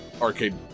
arcade